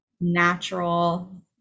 natural